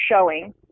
showing